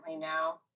now